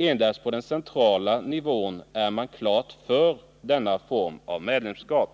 Endast på den centrala nivån är man klart för denna form av medlemskap.”